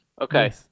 Okay